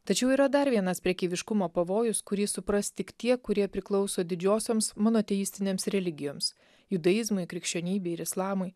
tačiau yra dar vienas prekeiviškumo pavojus kurį supras tik tie kurie priklauso didžiosioms monoteistinėms religijoms judaizmui krikščionybei ir islamui